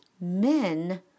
men